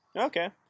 Okay